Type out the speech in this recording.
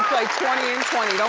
twenty in twenty,